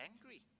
angry